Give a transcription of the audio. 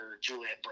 Juliet